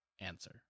answer